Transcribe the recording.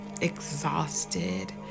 exhausted